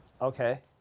Okay